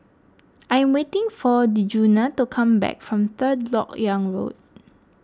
I am waiting for Djuna to come back from Third Lok Yang Road